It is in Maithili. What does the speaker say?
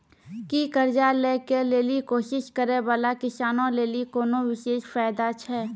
कि कर्जा लै के लेली कोशिश करै बाला किसानो लेली कोनो विशेष फायदा छै?